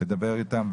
לדבר איתם,